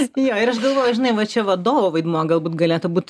jo ir aš galvoju žinai va čia vadovo vaidmuo galbūt galėtų būt